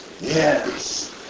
Yes